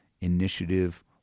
Initiative